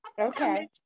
Okay